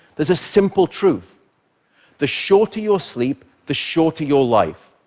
there's a simple truth the shorter your sleep, the shorter your life.